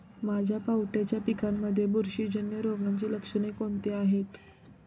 माझ्या पावट्याच्या पिकांमध्ये बुरशीजन्य रोगाची लक्षणे कोणती आहेत?